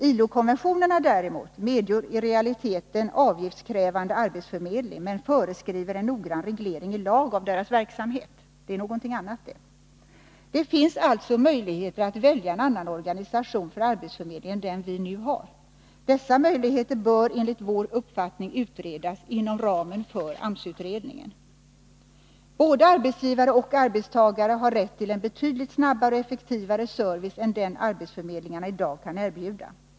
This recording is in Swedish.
ILO-konventionerna däremot medger i realiteten avgiftskrävande arbetsförmedling, men föreskriver en noggrann reglering i lag av dess verksamhet; det är någonting annat, det. Det finns alltså möjligheter att välja en annan organisation för arbetsförmedling än den vi nu har. Dessa möjligheter bör enligt vår uppfattning utredas inom ramen för AMS-utredningen. Både arbetsgivare och arbetstagare har rätt till en betydligt snabbare och effektivare service än den arbetsförmedlingarna i dag kan erbjuda.